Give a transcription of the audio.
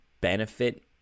benefit